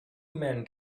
men